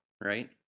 right